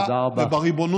הם באו לכותל.